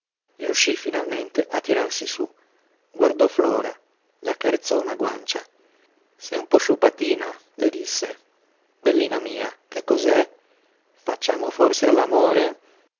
riuscí finalmente a tirarsi su guardò flora le accarezzò una guancia sei un po sciupatina le disse bellina mia che cos'è facciamo forse